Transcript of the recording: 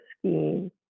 scheme